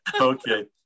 okay